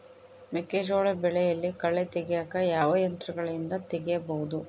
ಮೆಕ್ಕೆಜೋಳ ಬೆಳೆಯಲ್ಲಿ ಕಳೆ ತೆಗಿಯಾಕ ಯಾವ ಯಂತ್ರಗಳಿಂದ ತೆಗಿಬಹುದು?